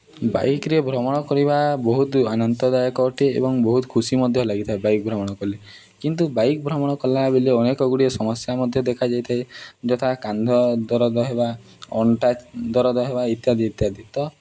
ବାଇକ୍ରେ ଭ୍ରମଣ କରିବା ବହୁତ ଆନନ୍ଦଦାୟକ ଅଟେ ଏବଂ ବହୁତ ଖୁସି ମଧ୍ୟ ଲାଗିଥାଏ ବାଇକ୍ ଭ୍ରମଣ କଲେ କିନ୍ତୁ ବାଇକ୍ ଭ୍ରମଣ କଲା ବେଲେ ଅନେକ ଗୁଡ଼ିଏ ସମସ୍ୟା ମଧ୍ୟ ଦେଖାଯାଇଥାଏ ଯଥା କାନ୍ଧ ଦରଜ ହେବା ଅଣ୍ଟା ଦରଜ ହେବା ଇତ୍ୟାଦି ଇତ୍ୟାଦି ତ